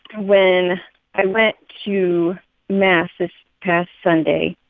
when i went to mass this past sunday,